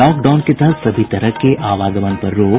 lock down के तहत सभी तरह के आवागमन पर रोक